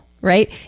right